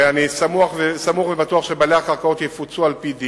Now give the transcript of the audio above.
ואני סמוך ובטוח שבעלי הקרקעות יפוצו על-פי דין,